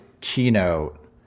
keynote